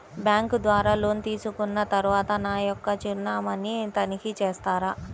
Bank ద్వారా loan తీసుకున్న తరువాత నా యొక్క చిరునామాని తనిఖీ చేస్తారా?